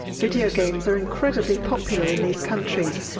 video games are incredibly popular in these countries,